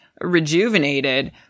rejuvenated